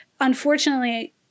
unfortunately